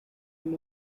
him